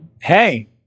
hey